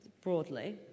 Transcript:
broadly